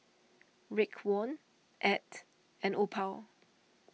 Raekwon Ed and Opal